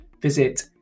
Visit